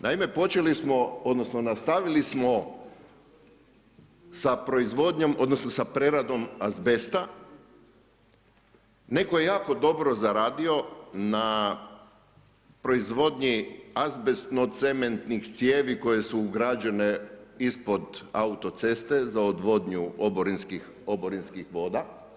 Naime počeli smo, odnosno nastavili smo sa proizvodnjom, odnosno sa preradom azbesta, netko je jako dobro zaradio na proizvodnji azbestno-cementnih cijevi koje su ugrađene ispod autoceste za odvodnju oborinskih voda.